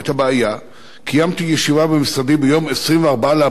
קיימתי ישיבה במשרדי ביום 24 באפריל 2012,